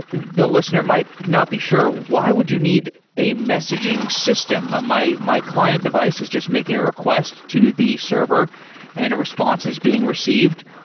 the listener might not be sure, why would you need a messaging system? my my client device is just making a request to the server and a response is being received.